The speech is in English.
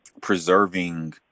preserving